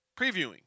previewing